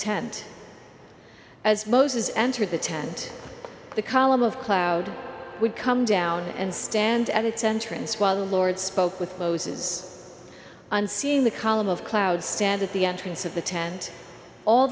tent as moses entered the tent the column of cloud would come down and stand at attention swallow lord spoke with closes on seeing the column of cloud stand at the entrance of the tent all